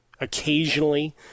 Occasionally